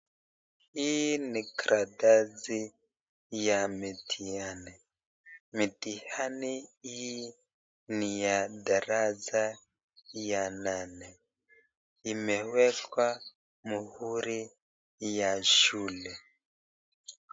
Hii ni karatasi ya mtiani. Mitiani hii ni ya darasa ya nane. Imewekwa muuri ya shule.